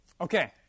Okay